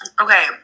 Okay